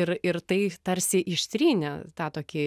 ir ir tai tarsi ištrynė tą tokį